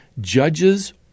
judges